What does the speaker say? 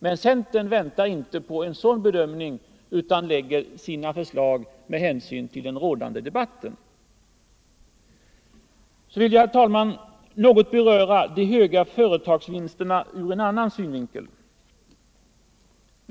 Men centern väntar inte på en sådan bedömning utan lägger fram sina förslag med hänsyn till den rådande debatten. Jag vill, herr talman, något beröra de höga företagsvinsterna ur en annan synvinkel.